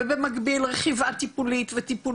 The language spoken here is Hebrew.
במקביל הייתה גם רכיבה טיפולית וטיפול